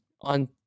on